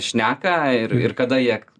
šneka ir ir kada jiek